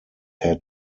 had